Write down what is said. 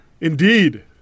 Indeed